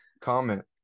Comment